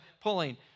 pulling